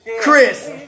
Chris